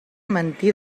mentir